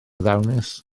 ddawnus